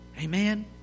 Amen